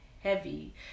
heavy